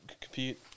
compete